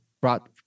brought